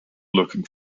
looking